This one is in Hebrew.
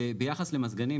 ביחס למזגנים,